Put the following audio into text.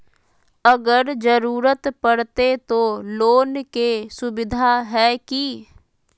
अगर जरूरत परते तो लोन के सुविधा है की?